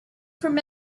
from